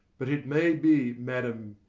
but it may be, madam,